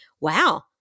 wow